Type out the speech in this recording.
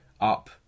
Up